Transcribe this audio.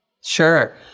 Sure